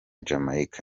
jamaica